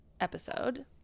episode